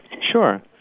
Sure